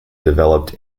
developed